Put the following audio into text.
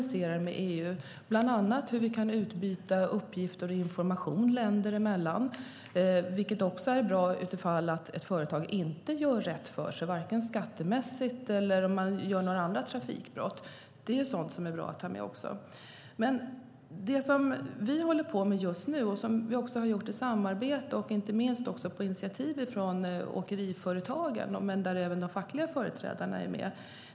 Det gäller bland annat hur vi kan utbyta uppgifter och information länder emellan, vilket också är bra om ett företag inte gör rätt för sig. Det kan vara skattemässiga brott eller andra trafikbrott. Det är sådant som också är bra att ta med. Men det finns något som vi håller på med just nu och som vi gör i samarbete med och inte minst på initiativ från åkeriföretagen - även de fackliga företrädarna är med.